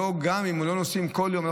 גם אם הם היו נוסעים בכל יום,